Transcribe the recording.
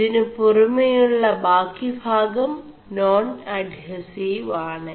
ഇതിനു പുറേമ ഉø ബാ ിഭാഗം േനാൺ അഡ്െഹസിവ് ആണ്